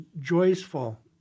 joyful